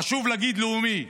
חשוב להגיד לאומי.